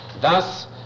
thus